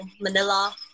Manila